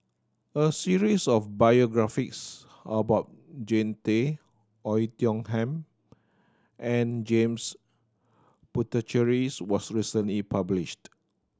a series of biographies about Jean Tay Oei Tiong Ham and James Puthuchearies was recently published